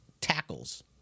tackles